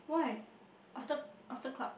why after after club